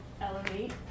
elevate